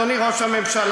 אדוני ראש הממשלה,